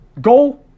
Go